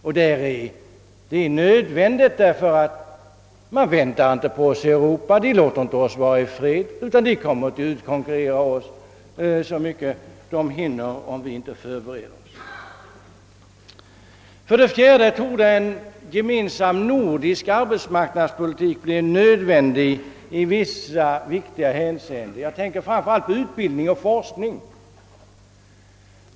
Ett ökat samarbete är nödvändigt, därför att de övriga europeiska staterna inte kommer att vänta på oss utan i stället konkurrera ut oss i möjligaste mån om vi inte förbereder OSS. För det fjärde torde en gemensam nordisk arbetsmarknadspolitik bli nödvändig i vissa viktiga hänseenden — jag tänker framför allt på utbildning och forskning.